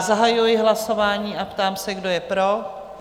Zahajuji hlasování a ptám se, kdo je pro?